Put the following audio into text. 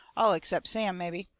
all except sam, mebby.